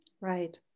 right